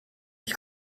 ich